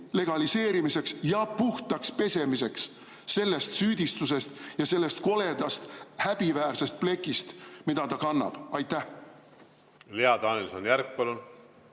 legaliseerimiseks ja puhtaks pesemiseks sellest süüdistusest ja sellest koledast häbiväärsest plekist, mida ta kannab. Lea Danilson-Järg, palun!